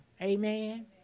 Amen